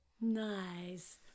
Nice